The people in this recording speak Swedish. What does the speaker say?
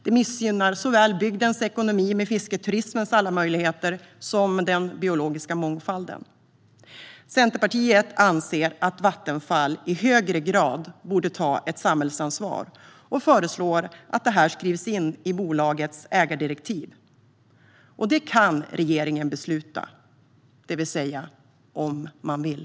Det missgynnar såväl bygdens ekonomi med fisketurismens alla möjligheter som den biologiska mångfalden. Centerpartiet anser att Vattenfall i högre grad borde ta ett samhällsansvar och föreslår att detta skrivs in i bolagets ägardirektiv. Det kan regeringen besluta, det vill säga om man vill.